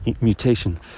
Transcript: mutation